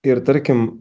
ir tarkim